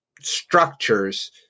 structures